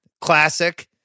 Classic